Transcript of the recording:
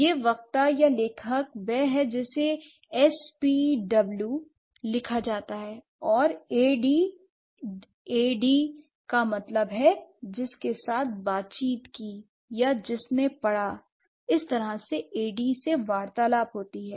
यह वक्ता या लेखक वह है जिसे S P W SP W लिखा जाता है l और ए डी ए डी का मतलब है जिसके साथ बातचीत की या जिसने पड़ा इस तरह से एडी से वार्तालाप होती है